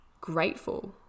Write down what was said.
grateful